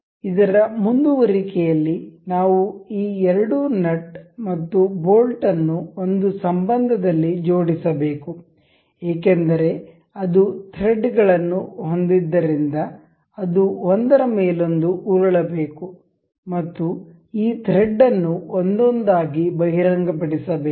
ಇದರ ಮುಂದುವರಿಕೆಯಲ್ಲಿ ನಾವು ಈ ಎರಡು ನಟ್ ಮತ್ತು ಬೋಲ್ಟ್ ಅನ್ನು ಒಂದು ಸಂಬಂಧದಲ್ಲಿ ಜೋಡಿಸಬೇಕು ಏಕೆಂದರೆ ಅದು ಥ್ರೆಡ್ಗಳನ್ನು ಹೊಂದಿದ್ದರಿಂದ ಅದು ಒಂದರ ಮೇಲೊಂದು ಉರುಳಬೇಕು ಮತ್ತು ಈ ಥ್ರೆಡ್ ಅನ್ನು ಒಂದೊಂದಾಗಿ ಬಹಿರಂಗಪಡಿಸಬೇಕು